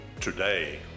today